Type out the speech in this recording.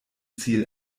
ziel